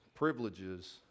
privileges